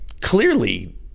clearly